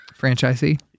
Franchisee